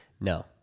No